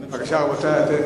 בפרוטוקול.